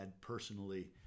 personally